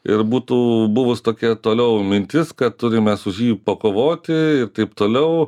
ir būtų buvus tokia toliau mintis kad turim mes už jį pakovoti ir taip toliau